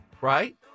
right